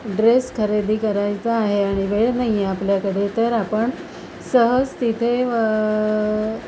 dress खरेदी करायचा आहे आणि वेळ नाहीये आपल्याकडे तर आपण सहज तिथे